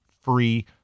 free